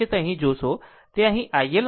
તે અહીં iL 90 o લખ્યું છે